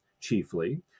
chiefly